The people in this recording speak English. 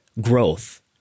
growth